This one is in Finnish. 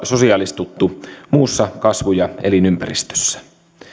sosiaalistuttu muussa kasvu ja elinympäristössä